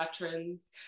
veterans